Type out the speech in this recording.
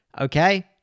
Okay